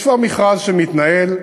יש כבר מכרז שמתנהל,